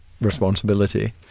responsibility